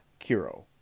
Curo